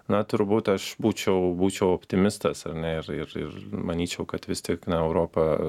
na turbūt aš būčiau būčiau optimistas ar ne ir ir ir manyčiau kad vis tik na europa